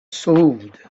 sewed